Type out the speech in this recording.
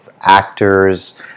actors